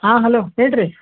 ಹಾಂ ಹಲೋ ಹೇಳಿ ರೀ